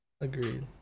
agreed